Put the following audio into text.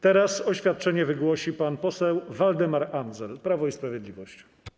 Teraz oświadczenie wygłosi pan poseł Waldemar Andzel, Prawo i Sprawiedliwość.